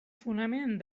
fonament